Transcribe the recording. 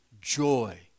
joy